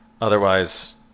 otherwise